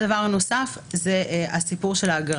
הדבר הנוסף זה הסיפור של האגרה.